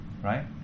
Right